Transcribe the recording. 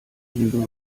liegen